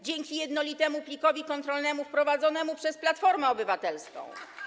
Dzięki jednolitemu plikowi kontrolnemu wprowadzonemu przez Platformę Obywatelską.